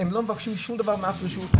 הן לא מבקשות שום דבר מאף רשות,